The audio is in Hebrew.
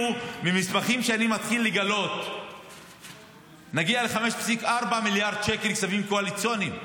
ממסמכים שאני מתחיל לגלות נגיע ל-5.4 מיליארד שקל כספים קואליציוניים.